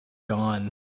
gone